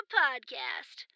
podcast